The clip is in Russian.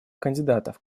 кандидатов